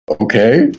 Okay